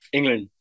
England